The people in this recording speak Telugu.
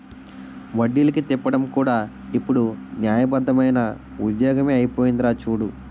వడ్డీలకి తిప్పడం కూడా ఇప్పుడు న్యాయబద్దమైన ఉద్యోగమే అయిపోందిరా చూడు